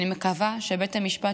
אני מקווה שבית המשפט,